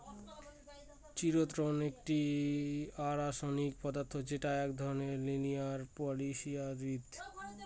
চিতোষণ একটি অরাষায়নিক পদার্থ যেটা এক ধরনের লিনিয়ার পলিসাকরীদ